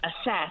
assess